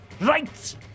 Right